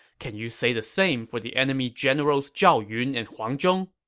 can you say the same for the enemy generals zhao yun and huang zhong?